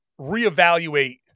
reevaluate